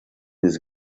his